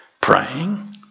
praying